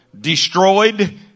destroyed